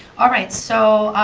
alright so,